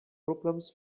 problems